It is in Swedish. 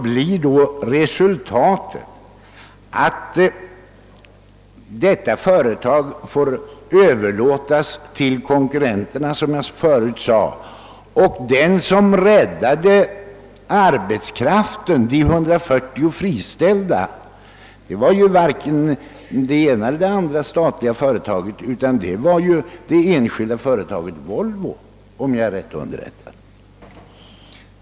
Men resultatet blev i stället att företaget får överlåtas till dessa konkurrenter. Den som räddade de 140 friställda var varken det ena eller det andra statliga företaget, utan det var — om jag är riktigt underrättad — det enskilda företaget Volvo.